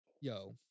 yo